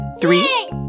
Three